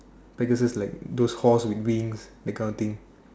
Pegasus like those horse with wings that kind of thing